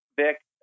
Vic